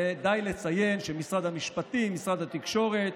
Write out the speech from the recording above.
ודי לציין שמשרד המשפטים, משרד התקשורת,